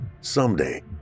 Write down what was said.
someday